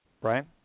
Brian